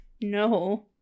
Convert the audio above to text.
no